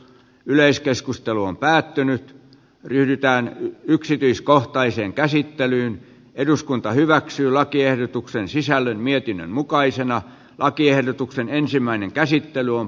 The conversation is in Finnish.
yleiskeskustelu on päättynyt pyritään yksityiskohtaiseen käsittelyyn eduskunta hyväksyi lakiehdotuksen sisällön mietinnön mukaisena lakiehdotuksen ensimmäinen käsittely on